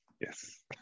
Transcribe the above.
Yes